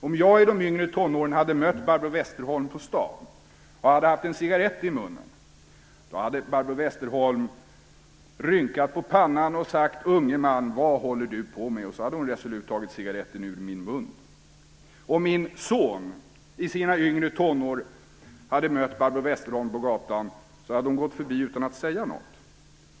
Om jag i de yngre tonåren hade mött Barbro Westerholm på stan och hade haft en cigarett i munnen hade Barbro Westerholm rynkat pannan och sagt: Unge man, vad håller du på med? Sedan hade hon resolut tagit cigaretten ur min mun. Om min son i sina yngre tonår mött Barbro Westerholm på gatan hade hon gått förbi utan att säga något.